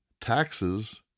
taxes